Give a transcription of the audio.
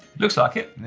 looks like it,